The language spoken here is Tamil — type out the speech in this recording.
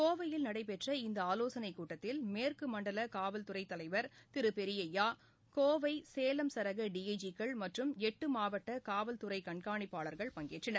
கோவையில் நடைபெற்ற இந்தஆலோசனைக் கூட்டத்தில் மேற்குமண்டலகாவல்துறைதலைவா திருபெரியய்யா கோவை சேலம் சரக டி ஐ ஜி க்கள் மற்றும் எட்டுமாவட்டகாவல்துறைகண்காணிப்பாளர்கள் பங்கேற்றனர்